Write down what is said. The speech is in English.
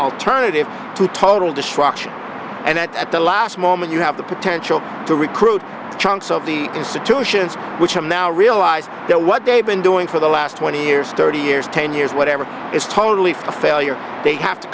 alternative to total destruction and at the last moment you have the potential to recruit chunks of the institutions which i'm now realize that what they've been doing for the last twenty years thirty years ten years whatever is totally a failure they have to